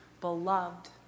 beloved